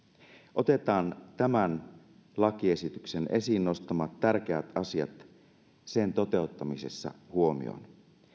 otetaan tämän lakiesityksen esiin nostamat tärkeät asiat sen toteuttamisessa huomioon